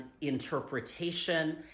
interpretation